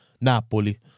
Napoli